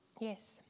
Yes